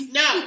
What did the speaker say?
no